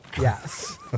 Yes